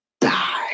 die